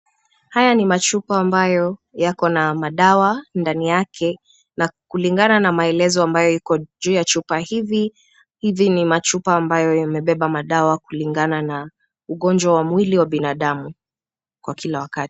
Haya ni machupa ambayo yako na madawa ndani yake na kulingana na maelezo ambayo iko juu ya chupa hivi. Hivi ni machupa ambayo yamebeba madawa kulingana na ugonjwa wa mwili wa binadamu kwa kila wakati.